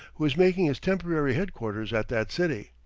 who is making his temporary headquarters at that city.